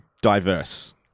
diverse